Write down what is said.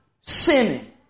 sinning